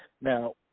now